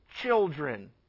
children